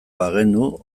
bagenu